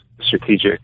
strategic